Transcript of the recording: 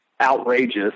outrageous